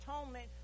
atonement